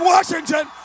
Washington